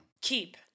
Keep